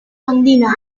andina